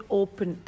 open